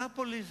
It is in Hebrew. אנאפוליס,